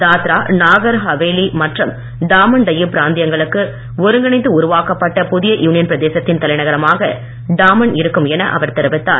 தாத்ரா நாகர் ஹவேலி மற்றும் டாமன் டையு பிராந்தியங்களுக்கு ஒருங்கிணைத்து உருவாக்கப்பட்ட புதிய யுனியன் பிரதேசத்தின் தலைநகரமாக டாமன் இருக்கும் என அவர் தெரிவித்தார்